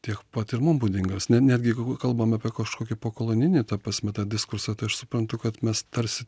tiek pat ir mum būdingos net netgi jeigu kalbam apie kažkokį po koloninį ta prasme tą diskursą tai aš suprantu kad mes tarsi